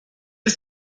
ist